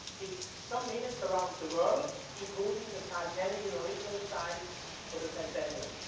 it's some minutes around the world, including the titanic in original size for the centennial.